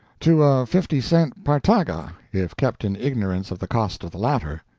to a fifty-cent partaga, if kept in ignorance of the cost of the latter.